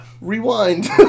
rewind